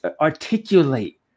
articulate